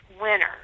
winner